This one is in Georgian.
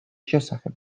შესახებ